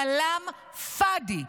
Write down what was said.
כלאם פאדי,